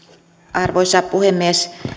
arvoisa puhemies